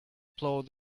plough